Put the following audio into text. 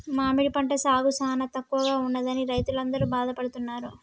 మామిడి పంట సాగు సానా తక్కువగా ఉన్నదని రైతులందరూ బాధపడుతున్నారు